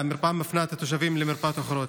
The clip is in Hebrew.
והמרפאה מפנה את התושבים למרפאות אחרות.